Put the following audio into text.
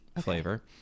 flavor